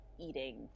eating